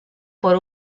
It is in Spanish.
por